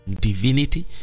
Divinity